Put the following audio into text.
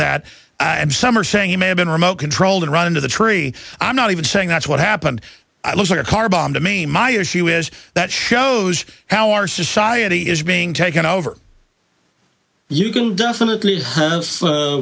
that i am some are saying you may have been remote controlled and run into the tree i'm not even saying that's what happened i look at a car bomb to me my issue is that shows how our society is being taken over you can definitely